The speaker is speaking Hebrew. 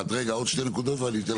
רגע, עוד שתי נקודות ואני אתן לכם.